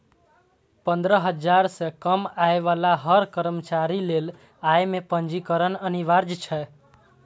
पंद्रह हजार सं कम आय बला हर कर्मचारी लेल अय मे पंजीकरण अनिवार्य छै